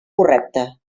correcta